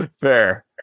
fair